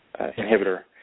inhibitor